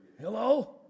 Hello